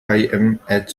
interacts